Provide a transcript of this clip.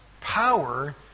power